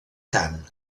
cant